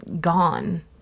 gone